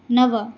नव